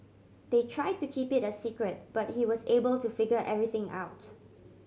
they try to keep it a secret but he was able to figure everything out